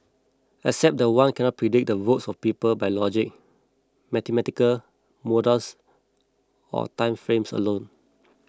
except that one cannot predict the votes of the people by logic mathematical models or time frames alone